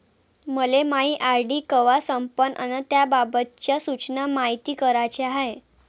मले मायी आर.डी कवा संपन अन त्याबाबतच्या सूचना मायती कराच्या हाय